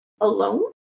alone